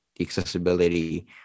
accessibility